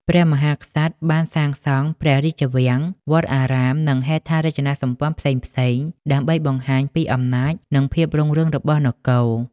ព្រះមហាក្សត្របានសាងសង់ព្រះរាជវាំង វត្តអារាម និងហេដ្ឋារចនាសម្ព័ន្ធផ្សេងៗដើម្បីបង្ហាញពីអំណាចនិងភាពរុងរឿងរបស់នគរ។